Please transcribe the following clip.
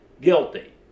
guilty